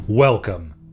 Welcome